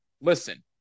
listen